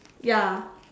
ya